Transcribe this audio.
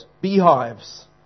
beehives